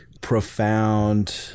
profound